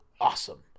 awesome